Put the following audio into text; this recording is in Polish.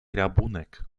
rabunek